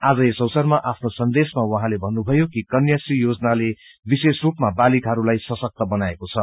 आज यस अवसरमा आफ्नो सन्देशमा उहाँले भन्नुभयो कि कन्या श्री योजनाले विशेष रूपामा बालिकाहरूलाई सशक्त बनाएको छ